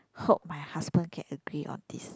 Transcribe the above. hope my husband can agree on this